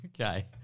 Okay